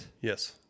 Yes